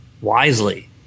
wisely